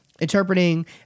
interpreting